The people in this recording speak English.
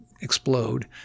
explode